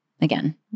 again